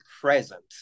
present